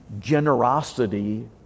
generosity